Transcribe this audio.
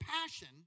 passion